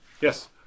yes